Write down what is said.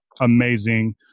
amazing